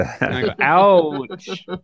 Ouch